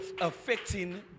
affecting